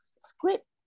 script